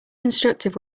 constructive